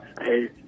Hey